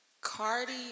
Cardi